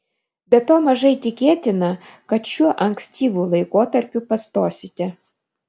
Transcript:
be to mažai tikėtina kad šiuo ankstyvu laikotarpiu pastosite